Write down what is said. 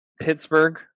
Pittsburgh